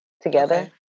together